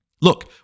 Look